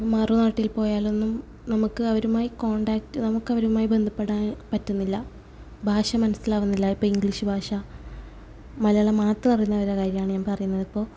മറുനാട്ടിൽ പോയാലൊന്നും നമുക്ക് അവരുമായി കോണ്ടാക്റ്റ് നമുക്കവരുമായി ബന്ധപ്പെടാൻ പറ്റുന്നില്ല ഭാഷ മനസിലാവുന്നില്ല ഇപ്പം ഇംഗ്ലീഷ് ഭാഷ മലയാളം മാത്രറിയുന്നവരുടെ കാര്യമാണ് ഞാൻ പറയുന്നതിപ്പോൾ